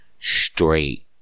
Straight